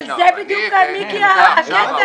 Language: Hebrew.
אבל זה בדיוק, מיקי, הקטע,